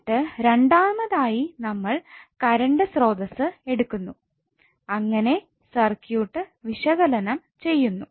എന്നിട്ട് രണ്ടാമതായി നമ്മൾ കരണ്ട് സ്രോതസ്സ് എടുക്കുന്നു അങ്ങനെ സർക്യൂട്ട് വിശകലനം ചെയ്യുന്നു